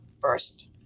first